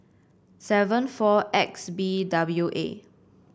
seven four X B W A